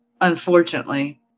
unfortunately